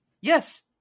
Yes